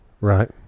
Right